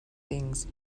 things